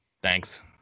thanks